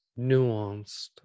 Nuanced